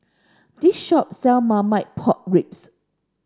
this shop sell Marmite Pork Ribs